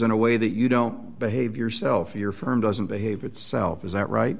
in a way that you don't behave yourself or your firm doesn't behave itself is that right